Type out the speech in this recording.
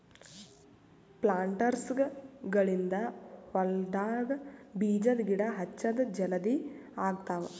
ಪ್ಲಾಂಟರ್ಸ್ಗ ಗಳಿಂದ್ ಹೊಲ್ಡಾಗ್ ಬೀಜದ ಗಿಡ ಹಚ್ಚದ್ ಜಲದಿ ಆಗ್ತಾವ್